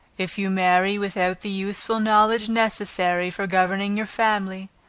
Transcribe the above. if you marry without the useful knowledge necessary for governing your family,